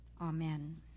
Amen